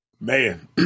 Man